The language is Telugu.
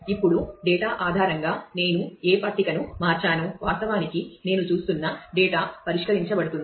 ఇప్పుడు డేటా ఆధారంగా నేను ఏ పట్టికను మార్చాను వాస్తవానికి నేను చూస్తున్న డేటా పరిష్కరించబడుతుంది